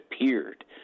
appeared